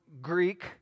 Greek